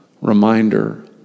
reminder